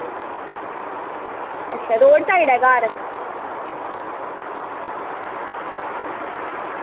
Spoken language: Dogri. अच्छा ते रोड़ साईड ऐ घर